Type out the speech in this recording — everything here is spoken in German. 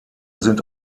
sind